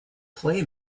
play